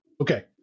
Okay